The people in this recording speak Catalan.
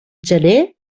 gener